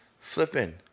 flipping